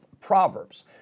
Proverbs